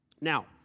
Now